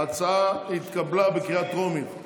ההצעה התקבלה בקריאה טרומית.